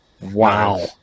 Wow